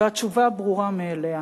והתשובה ברורה מאליה.